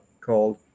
called